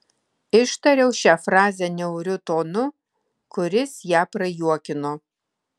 ištariau šią frazę niauriu tonu kuris ją prajuokino